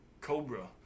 Cobra